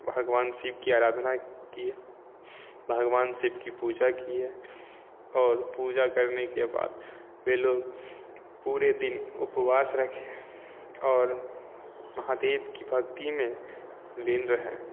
भगवान शिव की आराधना किए भगवान शिव की पूजा किए और पूजा करने के बाद वे लोग पूरे दिन उपवास रखे और महादेव की भक्ति में लीन रहे